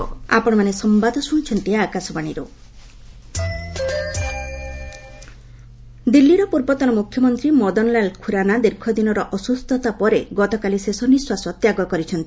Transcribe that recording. Khurana passes away ଦିଲ୍ଲୀର ପୂର୍ବତନ ମୁଖ୍ୟମନ୍ତ୍ରୀ ମଦନଲାଲ ଖୁରାନା ଦୀର୍ଘଦିନର ଅସୁସ୍ଥତା ପରେ ଗତକାଲି ଶେଷ ନିଃଶ୍ୱାସ ତ୍ୟାଗ କରିଛନ୍ତି